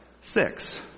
six